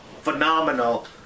phenomenal